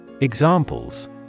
Examples